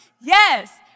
Yes